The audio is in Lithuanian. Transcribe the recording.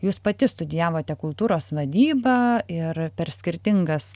jūs pati studijavote kultūros vadybą ir per skirtingas